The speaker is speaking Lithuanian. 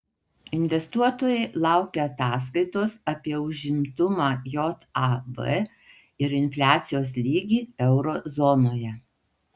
investuotojai laukia ataskaitos apie užimtumą jav ir infliacijos lygį euro zonoje